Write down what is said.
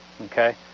Okay